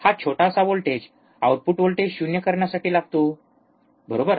हा छोटासा voltage output voltage शून्य करण्यासाठी लागतो बरोबर